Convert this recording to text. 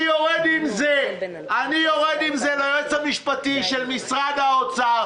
אני יורד עם זה ליועץ המשפטי של משרד האוצר,